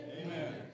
Amen